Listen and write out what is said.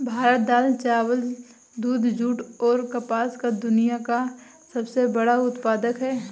भारत दाल, चावल, दूध, जूट, और कपास का दुनिया का सबसे बड़ा उत्पादक है